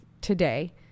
today